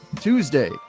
Tuesday